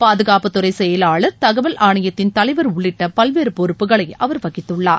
பாதுகாப்புத் துறை செயலாளர் தகவல் ஆணையத்தின் தலைவர் உள்ளிட்ட பல்வேறு பொறுப்புகளை அவர் வகித்துள்ளார்